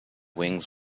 wings